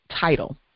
title